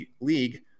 league